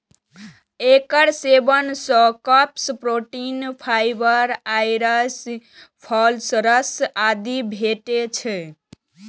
एकर सेवन सं carbs, protein, fibre, आयरस, फास्फोरस आदि भेटै छै